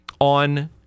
on